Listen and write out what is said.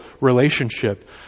relationship